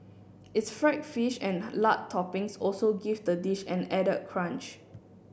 its fried fish and lard toppings also give the dish an added crunch